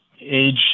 age